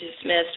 dismissed